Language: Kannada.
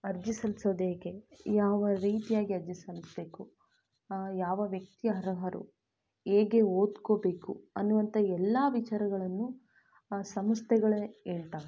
ಅರ್ಜಿ ಸಲ್ಸೋದು ಹೇಗೆ ಯಾವ ರೀತಿಯಾಗಿ ಅರ್ಜಿ ಸಲ್ಲಿಸ್ಬೇಕು ಯಾವ ವ್ಯಕ್ತಿ ಅರ್ಹರು ಹೇಗೆ ಓದ್ಕೋಬೇಕು ಅನ್ನುವಂಥ ಎಲ್ಲಾ ವಿಚಾರಗಳನ್ನು ಸಂಸ್ಥೆಗಳೇ ಹೇಳ್ತಾವ್